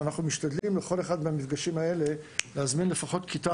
אחד מהמפגשים האלה אנחנו משתדלים להזמין לפחות כיתה